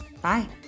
Bye